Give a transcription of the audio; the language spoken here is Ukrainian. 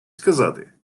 сказати